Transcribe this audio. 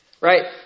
Right